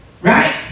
Right